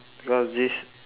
because this